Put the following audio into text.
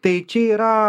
tai čia yra